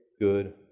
good